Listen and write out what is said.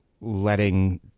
letting